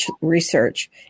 research